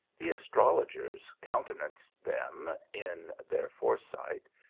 the astrologers countenanced them in their fore sight,